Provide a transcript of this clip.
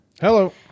Hello